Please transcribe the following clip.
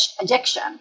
addiction